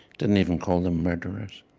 didn't even call them murderers.